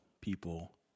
people